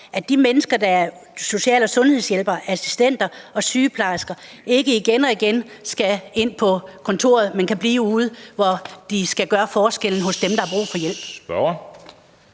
at de mennesker, der er social- og sundhedshjælpere, assistenter og sygeplejersker, ikke igen og igen skal ind på kontoret, men kan blive ude, hvor de kan gøre en forskel, nemlig hos dem, der har brug for hjælp.